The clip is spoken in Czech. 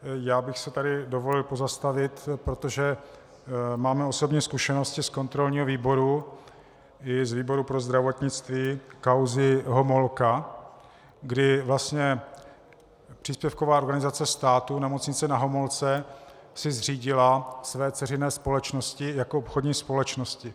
Já bych si tady dovolil se pozastavit, protože máme osobní zkušenosti ze kontrolního výboru i z výboru pro zdravotnictví z kauzy Homolka, kdy vlastně příspěvková organizace státu Nemocnice Na Homolce si zřídila své dceřiné společnosti jako obchodní společnosti.